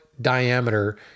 diameter